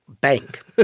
bank